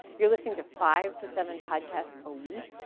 you're listening to five to seven podcasts a week.